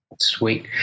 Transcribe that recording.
Sweet